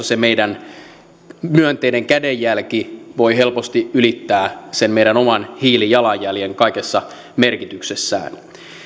se meidän myönteinen kädenjälkemme voi helposti ylittää sen meidän oman hiilijalanjälkemme kaikessa merkityksessään